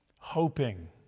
hoping